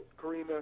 Karina